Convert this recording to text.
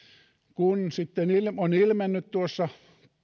kun sitten on ilmennyt